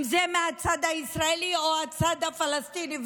אם זה מהצד הישראלי או הצד הפלסטיני,